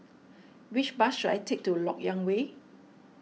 which bus should I take to Lok Yang Way